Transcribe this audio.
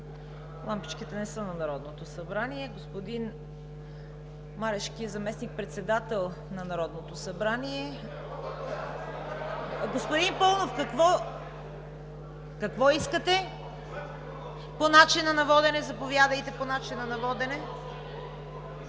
Лампичките не са на Народното събрание. Господин Марешки е заместник-председател на Народното събрание. (Силен шум в залата.) Господин Паунов, какво искате? – По начина на водене. Заповядайте – по начина на водене.